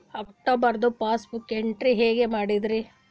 ಅಕ್ಟೋಬರ್ದು passbook entry ಹೆಂಗ್ ಮಾಡದ್ರಿ?